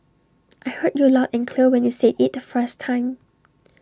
I heard you loud and clear when you said IT the first time